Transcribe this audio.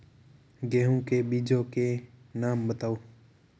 गेहूँ के बीजों के नाम बताओ?